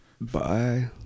Bye